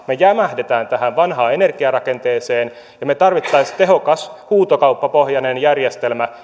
me jämähdämme tähän vanhaan energiarakenteeseen ja me tarvitsisimme tehokkaan huutokauppapohjaisen